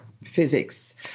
Physics